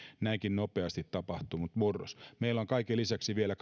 näinkin nopeasti tapahtunut murros meillä on kaiken lisäksi vielä